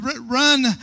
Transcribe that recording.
run